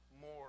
more